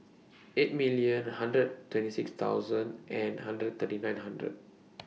eight million hundred twenty six thousand and hundred thirty nine hundred